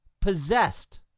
possessed